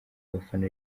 abafana